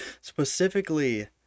Specifically